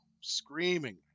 screaming